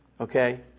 Okay